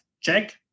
check